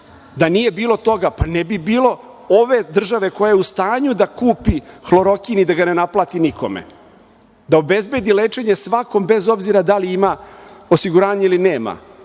Da nije bilo toga, pa ne bi bilo ove države koja je u stanju da kupi hlorokin i da ga ne naplati nikome, da obezbedi lečenje svakom bez obzira da li ima osiguranje ili nema,